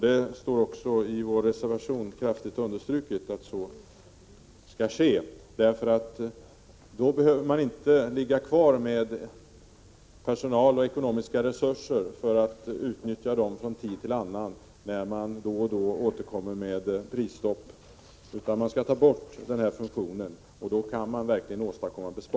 Vi har också i vår reservation starkt understrukit att så skall ske, för då behöver man inte så att säga ligga kvar med personal och ekonomiska resurser för att utnyttja dessa från tid till annan, när prisstopp då och då återkommer. Man skall i stället slopa denna funktion, och då kan besparingar verkligen åstadkommas.